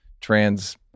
trans